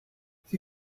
sie